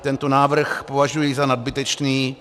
Tento návrh považuji za nadbytečný.